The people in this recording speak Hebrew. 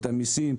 את המסים.